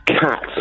cat